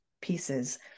pieces